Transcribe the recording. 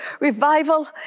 revival